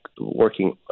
working